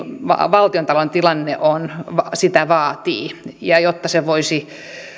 valtionta louden tilanne sitä vaatii ja jotta